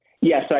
Yes